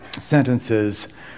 sentences